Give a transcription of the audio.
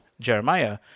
Jeremiah